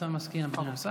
אתה מסכים, אדוני השר?